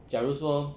假如说